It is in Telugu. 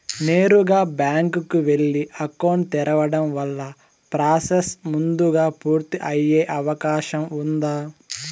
నేరుగా బ్యాంకు కు వెళ్లి అకౌంట్ తెరవడం వల్ల ప్రాసెస్ ముందుగా పూర్తి అయ్యే అవకాశం ఉందా?